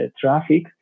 traffic